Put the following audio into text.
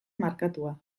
markatua